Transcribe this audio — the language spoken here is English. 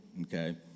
okay